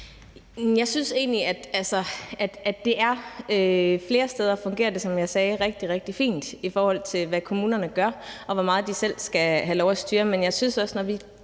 Jeg synes egentlig, at det flere steder, som jeg sagde, fungerer rigtig, rigtig fint, i forhold til hvad kommunerne gør, og hvor meget de selv skal have lov at styre.